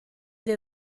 dei